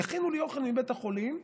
יכינו לי אוכל בבית החולים,